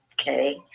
okay